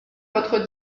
votre